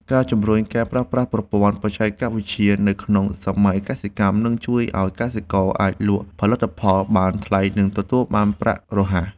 ការជំរុញការប្រើប្រាស់ប្រព័ន្ធបច្ចេកវិទ្យានៅក្នុងវិស័យកសិកម្មនឹងជួយឱ្យកសិករអាចលក់កសិផលបានថ្លៃនិងទទួលបានប្រាក់រហ័ស។